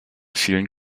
vielen